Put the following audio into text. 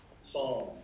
Psalm